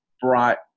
brought